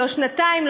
לא שנתיים,